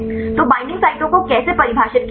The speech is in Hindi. तो बईंडिंग साइटों को कैसे परिभाषित किया जाए